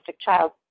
child